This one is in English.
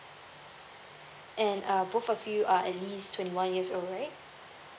and um both of you are at least twenty one years old right